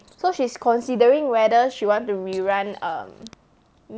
so she is considering whether she want to rerun um